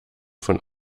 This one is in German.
von